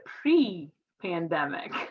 pre-pandemic